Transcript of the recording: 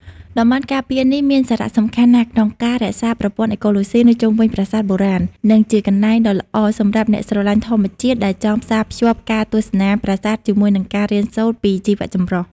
តំបន់ការពារនេះមានសារៈសំខាន់ណាស់ក្នុងការរក្សាប្រព័ន្ធអេកូឡូស៊ីនៅជុំវិញប្រាសាទបុរាណ និងជាកន្លែងដ៏ល្អសម្រាប់អ្នកស្រឡាញ់ធម្មជាតិដែលចង់ផ្សារភ្ជាប់ការទស្សនាប្រាសាទជាមួយនឹងការរៀនសូត្រពីជីវៈចម្រុះ។